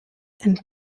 and